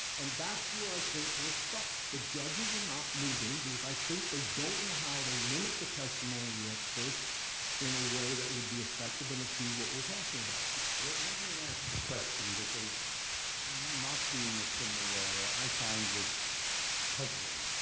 and that's where i think we're stuck. the judges are not moving. because i think they don't know how to limit the testimony of the experts in a way that would be effective and achieve what we're talking about. charles fried let me ask a question. because not being a criminal lawyer, i find this puzzling.